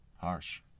harsh